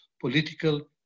political